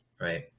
right